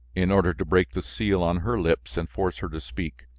in order to break the seal on her lips and force her to speak,